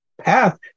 path